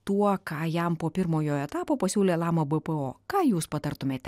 tuo ką jam po pirmojo etapo pasiūlė lama bpo ką jūs patartumėte